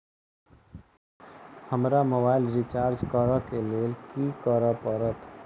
हमरा mobile recharge करऽ केँ लेल की करऽ पड़त?